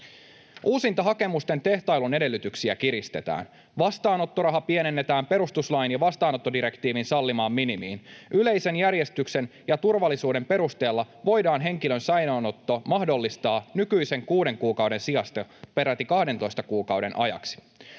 Uusintahakemusten tehtailun edellytyksiä kiristetään. Vastaanottoraha pienennetään perustuslain ja vastaanottodirektiivin sallimaan minimiin. Yleisen järjestyksen ja turvallisuuden perusteella voidaan henkilön säilöönotto mahdollistaa nykyisen 6 kuukauden sijasta peräti 12 kuukauden ajaksi.